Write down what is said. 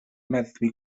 meddwi